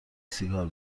سیگار